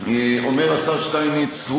אומר השר שטייניץ,